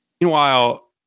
Meanwhile